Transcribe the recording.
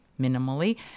minimally